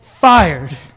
fired